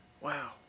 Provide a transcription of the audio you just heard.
wow